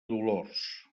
dolors